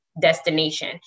destination